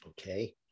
Okay